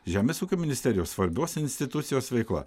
žemės ūkio ministerijos svarbios institucijos veikla